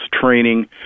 training